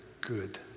good